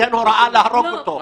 ייתן הוראה להרוג אותו,